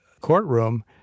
courtroom